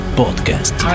podcast